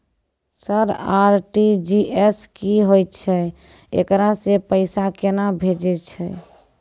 Sir RTGS की होय छै, एकरा से पैसा केना भेजै छै?